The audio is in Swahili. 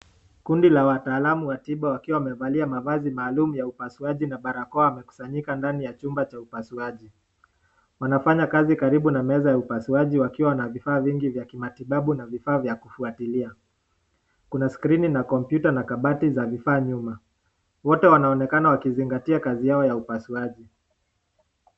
Kundi la wataalamu wa tiba wakiwa wamevalia mavazi maalum ya upasuaji na barakoa wamekusanyika ndani ya chumba cha upasuaji, wanafanya kazi karibu na meza ya upasuaji wakiwa na vifaa mingi za matibabu, na vifaa vya kufuatilia kuna skrini na kompyuta, na kabati na vifaa nyuma wote wanaonekana wakizingatia kazi yao ya upasuaji.